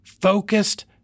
focused